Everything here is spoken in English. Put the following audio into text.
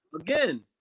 again